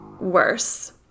worse